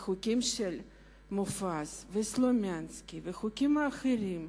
בחוקים של מופז וסלומינסקי והחוקים האחרים,